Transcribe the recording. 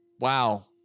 Wow